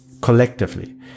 collectively